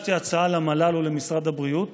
הגשתי הצעה למל"ל ולמשרד הבריאות